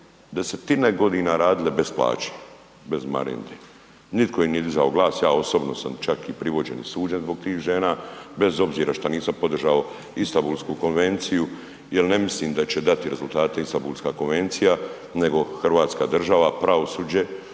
desetine godina radile bez plaće, bez marende, nitko im nije dizao glas, ja osobno sam čak i privođen i suđen zbog tih žena, bez obzira što nisam podržao Istambulsku konvenciju jel ne mislim da će dati rezultate Istambulska konvencija, nego hrvatska država, pravosuđe